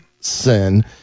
sin